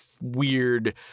weird